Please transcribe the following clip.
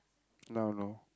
now no